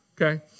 Okay